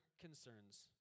concerns